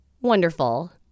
wonderful